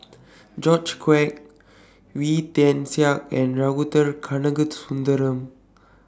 George Quek Wee Tian Siak and